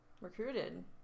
Recruited